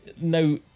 no